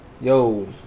yo